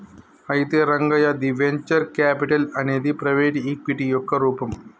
అయితే రంగయ్య ది venture capital అనేది ప్రైవేటు ఈక్విటీ యొక్క రూపం